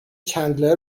چندلر